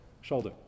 shoulder